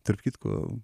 tarp kitko